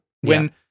when-